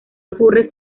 ocurre